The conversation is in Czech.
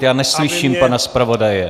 Já neslyším pana zpravodaje.